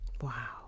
Wow